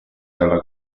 dalla